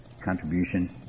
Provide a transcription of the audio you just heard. contribution